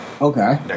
Okay